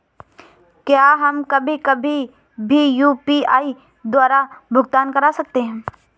क्या हम कभी कभी भी यू.पी.आई द्वारा भुगतान कर सकते हैं?